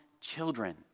children